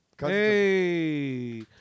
Hey